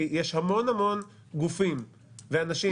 כי יש המון המון גופים ואנשים,